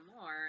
more